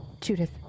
Judith